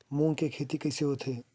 मूंग के खेती कइसे होथे?